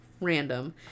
random